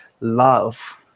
love